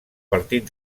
partit